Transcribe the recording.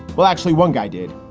well, actually one guy did,